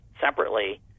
separately